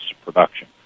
production